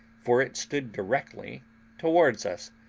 for it stood directly towards us,